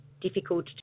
Difficult